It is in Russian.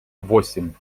восемь